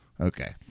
okay